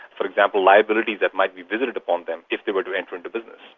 for example liabilities that might be visited upon them if they were to enter into business.